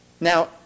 Now